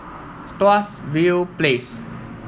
Tuas View Place